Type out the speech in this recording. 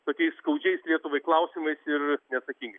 tokiais skaudžiais lietuvai klausimais ir neatsakingai